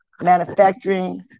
manufacturing